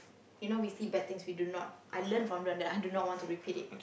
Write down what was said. you know we see bad things we do not I learn from them I do not want to repeat it